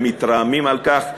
הם מתרעמים על כך.